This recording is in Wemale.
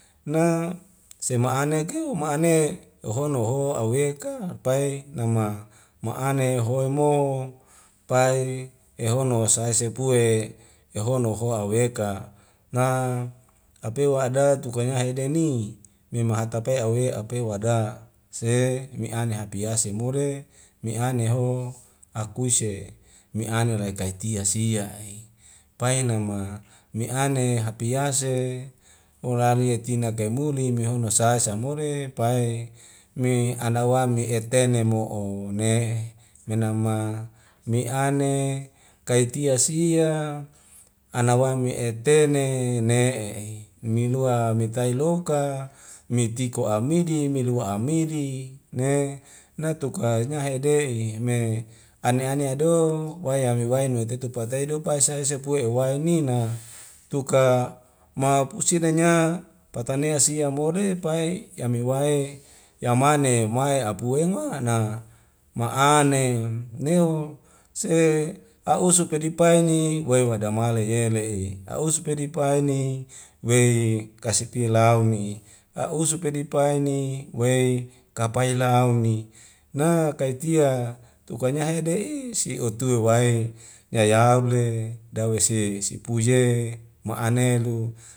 Na sema ane ke uma ane ehono oho aweka pai nama ma'ane hoimo pae yehono sae sepue yahono howa aweka na ape wa ada tuka nyahede ni mema hatape'a awe aupe wada se me'ane hapi yase mude me'ane ho akuse me ane lai kaitia sia i painama me'ane hapiase lola alietina kaimuli mehono sa sai sa mole pai me anawa me'etene mo'o ne menama ne'ane kaitia sia anawa me etene ne'e i nilua metai loka mitiko amidi mi lua amidi ne natuka nyahede'i me ane anea do waya me wain me tetu pateu do pasai sei sepue ewainina tuka mapusi nainya patanea sia mole pai yami wae yamane mae apuema na ma'ane neu se a'usuk kedip paini wei wadamale yele'i a'usu pedipaini mei kasi pi lau mi a'usu pedipaini wei kapailau ni na kaitia tuka nyahede'i si otowe wai yayaule dawese sepeye ma'ane lu